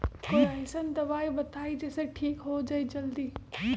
कोई अईसन दवाई बताई जे से ठीक हो जई जल्दी?